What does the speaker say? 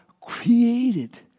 created